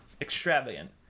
extravagant